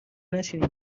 نشینین